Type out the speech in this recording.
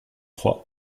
trois